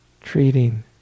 treating